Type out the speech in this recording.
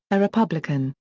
a republican,